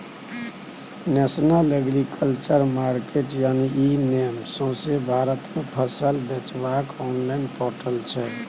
national agriculture market यानी e NAM सौंसे भारत मे फसल बेचबाक आनलॉइन पोर्टल छै